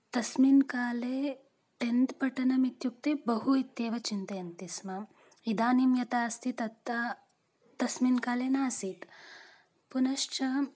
तस्मिन् काले टेन्त् पठनमित्युक्ते बहु इत्येव चिन्तयन्ति स्म इदानीं यथा अस्ति तथा तस्मिन् काले नासीत् पुनश्च